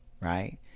right